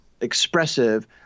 expressive